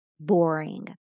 boring